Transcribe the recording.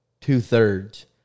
two-thirds